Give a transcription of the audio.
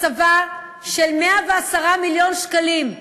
הקצבה של 110 מיליון שקלים,